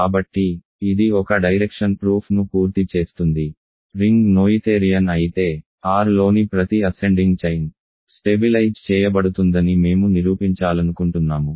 కాబట్టి ఇది ఒక డైరెక్షన్ ప్రూఫ్ ను పూర్తి చేస్తుంది రింగ్ నోయిథేరియన్ అయితే Rలోని ప్రతి అసెండింగ్ చైన్ స్టెబిలైజ్ చేయబడుతుందని మేము నిరూపించాలనుకుంటున్నాము